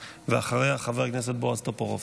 אחריה, חבר הכנסת בועז טופורובסקי.